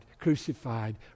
crucified